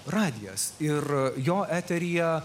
radijas ir jo eteryje